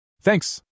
Thanks